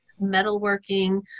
metalworking